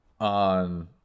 on